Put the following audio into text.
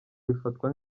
bifatwa